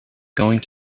going